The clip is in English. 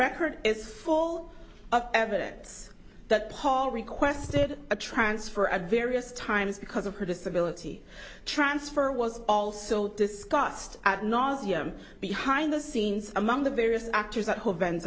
record is full of evidence that paul requested a transfer at various times because of her disability transfer was also discussed ad nauseum behind the scenes among the various actors that whole